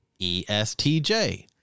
ESTJ